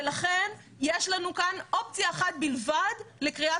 לכן יש לנו כאן אופציה אחת בלבד לכריית